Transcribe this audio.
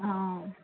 आं